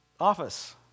office